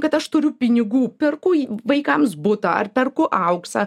kad aš turiu pinigų perku jį vaikams butą ar perku auksą